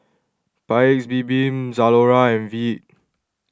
Paik's Bibim Zalora and Veet